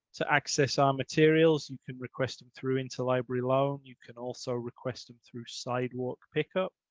to access our materials, you can request them through interlibrary loan. you can also request them through sidewalk pick-up,